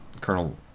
Colonel